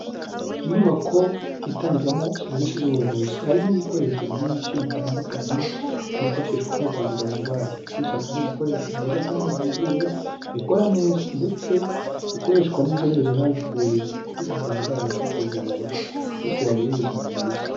Inyubako itangirwamo serivisi z'ubuvuzi, harimo ibikoresho byinshi bitandukanye byifashishwa havurwa abarwayi, byose akaba ari ibikoresho byiza kandi byizewe bikora neza ndetse bikoreshwa n'inzobere zabihuguriwe, kugira ngo abarwayi babashe kuvurwa bityo bagire ubuzima bwiza.